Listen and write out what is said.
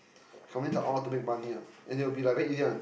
coming to all to make money one and they will be like very easy one